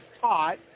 taught